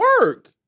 work